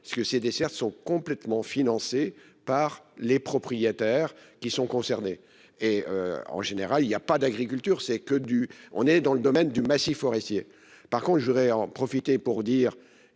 ce que ces dessertes sont complètement financée par les propriétaires qui sont concernés et en général il y a pas d'agriculture c'est que du, on est dans le domaine du massif forestier par contre je voudrais en profiter pour dire